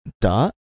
Dot